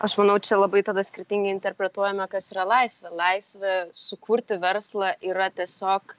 aš manau čia labai tada skirtingai interpretuojame kas yra laisvė laisvė sukurti verslą yra tiesiog